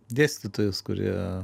dėstytojus kurie